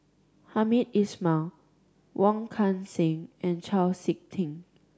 Hamed Ismail Wong Kan Seng and Chau Sik Ting